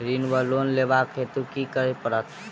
ऋण वा लोन लेबाक हेतु की करऽ पड़त?